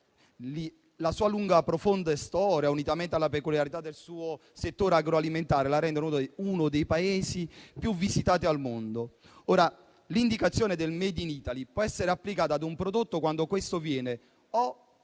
La sua lunga storia, unitamente alla peculiarità del suo settore agroalimentare, la rendono uno dei Paesi più visitati al mondo. L'indicazione *made in Italy* può essere applicata ad un prodotto o quando questo viene